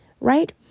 right